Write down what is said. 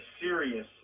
serious